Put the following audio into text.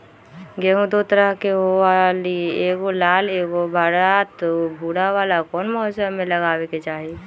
गेंहू दो तरह के होअ ली एगो लाल एगो भूरा त भूरा वाला कौन मौसम मे लगाबे के चाहि?